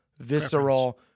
visceral